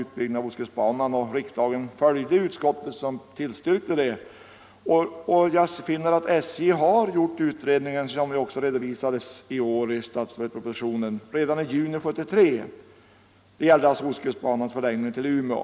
Utskottet tillstyrkte motionerna och kammaren följde utskottet. Jag finner att SJ har gjort utredningen — som också redovisades i statsverkspropositionen i år — redan i juni 1973. Det gäller alltså ostkustbanans förlängning till Umeå.